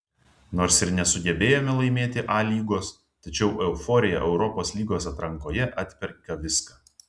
nors ir nesugebėjome laimėti a lygos tačiau euforija europos lygos atrankoje atperka viską